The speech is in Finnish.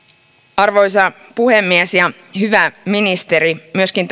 arvoisa puhemies ja hyvä ministeri myöskin